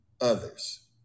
others